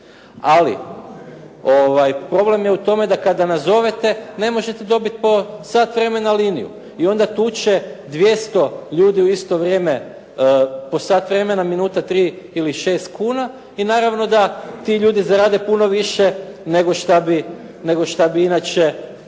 Ali problem je u tome da kada nazovete ne možete dobit po sat vremena liniju i onda tuče 200 ljudi u isto vrijeme po sat vremena, minuta 3 ili 6 kuna i naravno da ti ljudi zarade puno više nego šta bi inače